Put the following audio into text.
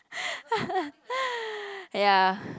ya